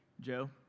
Joe